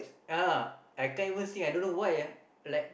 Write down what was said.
yeah I can't even sing I don't know why ah like